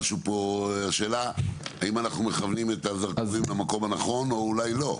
אז השאלה האם אנחנו מכוונים את הזרקורים למקום הנכון או אולי לא?